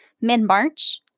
mid-March